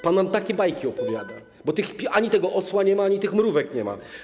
Pan nam takie bajki opowiada, bo ani tego osła nie ma, ani tych mrówek nie ma.